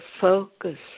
focus